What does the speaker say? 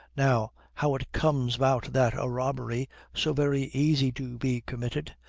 now, how it comes about that a robbery so very easy to be committed,